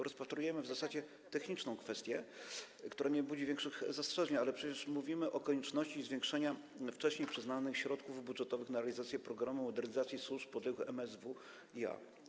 Rozpatrujemy w zasadzie techniczną kwestię, która nie budzi większych zastrzeżeń, ale przecież mówimy o konieczności zwiększenia wcześniej przyznanych środków budżetowych na realizację programu modernizacji służb podległych MSWiA.